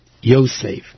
Yosef